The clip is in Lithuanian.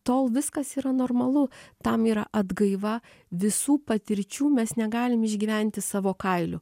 tol viskas yra normalu tam yra atgaiva visų patirčių mes negalim išgyventi savo kailiu